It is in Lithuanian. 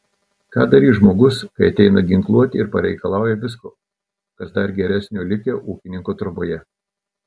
ką darys žmogus kai ateina ginkluoti ir pareikalauja visko kas dar geresnio likę ūkininko troboje